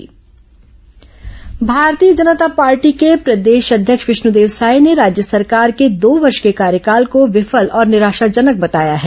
भाजपा प्रतिक्रिया भारतीय जनता पार्टी के प्रदेश अध्यक्ष विष्णुदेव साय ने राज्य सरकार के दो वर्ष के कार्यकाल को विफल और निराशाजनक बताया है